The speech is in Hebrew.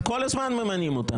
-- כי כל הזמן ממנים אותם.